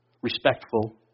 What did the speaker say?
respectful